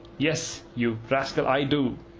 yes, you rascal, i do.